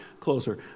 closer